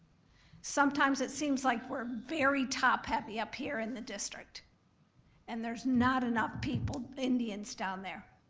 sometimes it seems like we're very top heavy up here in the district and there's not enough people, indians down there.